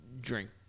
drink